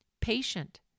patient